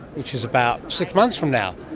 which is about six months from now.